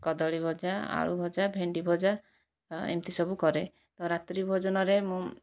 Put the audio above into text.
କଦଳୀ ଭଜା ଆଳୁ ଭଜା ଭେଣ୍ଡି ଭଜା ଏମିତି ସବୁ କରେ ରାତ୍ରି ଭୋଜନରେ ମୁଁ